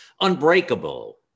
unbreakable